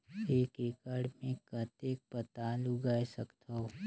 एक एकड़ मे कतेक पताल उगाय सकथव?